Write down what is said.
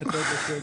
בהצעות לסדר.